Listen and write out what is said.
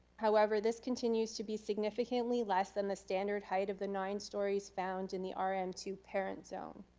however this continues to be significantly less than the standard height of the nine stories found in the r m two parent zone.